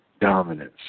dominance